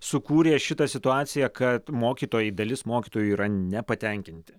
sukūrė šitą situaciją kad mokytojai dalis mokytojų yra nepatenkinti